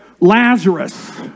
Lazarus